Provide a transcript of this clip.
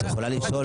את יכולה לשאול,